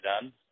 done